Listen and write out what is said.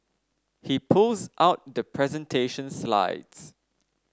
he pulls out the presentation slides